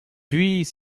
puis